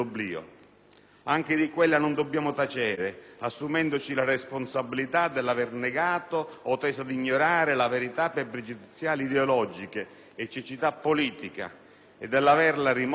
Anche di quella non dobbiamo tacere, assumendoci la responsabilità dell'aver negato, o teso a ignorare, la verità per pregiudiziali ideologiche e cecità politica, e dell'averla rimossa